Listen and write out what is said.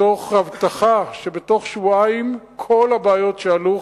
מתוך הבטחה שבתוך שבועיים כל הבעיות שעלו,